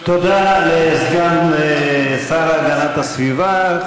תודה לסגן השר להגנת הסביבה.